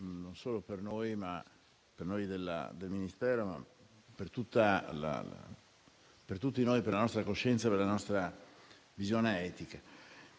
non solo per noi del Ministero, ma per tutti noi, per la nostra coscienza e la nostra visione etica.